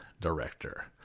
director